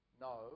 No